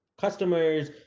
customers